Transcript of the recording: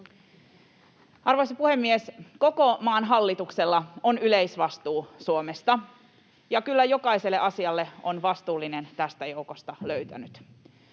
Arvoisa puhemies! Koko maan hallituksella on yleisvastuu Suomesta, ja kyllä jokaiselle asialle on vastuullinen tästä joukosta löytynyt.